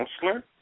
counselor